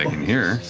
and can hear.